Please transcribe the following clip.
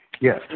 Yes